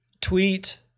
tweet